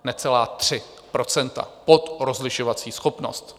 Necelá 3 % pod rozlišovací schopnost.